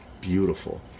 beautiful